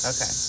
Okay